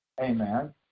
Amen